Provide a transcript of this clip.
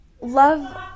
Love